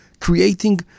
creating